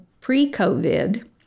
pre-COVID